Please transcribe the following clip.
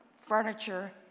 furniture